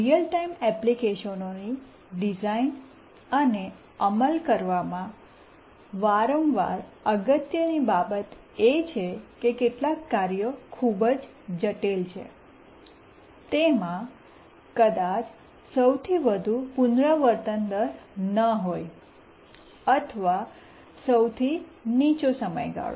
real time એપ્લિકેશનોની design અને અમલ કરવામાં વારંવાર અગત્યની બાબત એ છે કે કેટલાક કાર્યો જે ખૂબ જ જટિલ છે તેમાં કદાચ સૌથી વધુ પુનરાવર્તન દર ન હોય અથવા સૌથી નીચો સમયગાળો